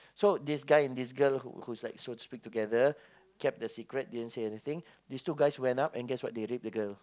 so this guy and this girl who's like so to speak together kept the secret didn't say anything these two guys went up and guess what they rape the girl